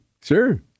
Sure